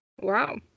Wow